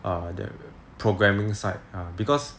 err the programming side because